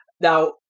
Now